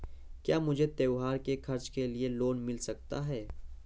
क्या मुझे त्योहार के खर्च के लिए लोन मिल सकता है?